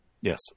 Yes